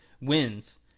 wins